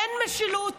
אין משילות.